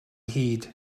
hid